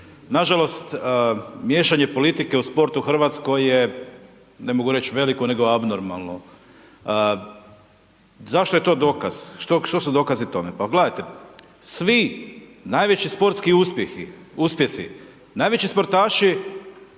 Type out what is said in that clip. Nažalost, miješanje politike u sport u Hrvatskoj je ne mogu reći veliko, nego abnormalno. Zašto je to dokaz? Što su dokazi tome? Pogledajte, svi najveći sportski uspjesi, najveći sportaši